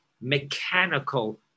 mechanical